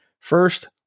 First